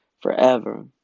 Forever